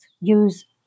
use